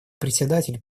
председатель